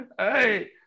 Hey